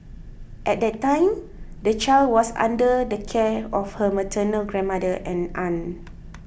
at that time the child was under the care of her maternal grandmother and aunt